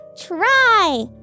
try